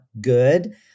good